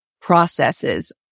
processes